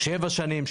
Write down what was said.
שבע שנים,